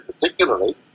particularly